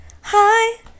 Hi